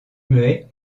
muet